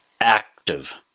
active